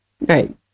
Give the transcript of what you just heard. right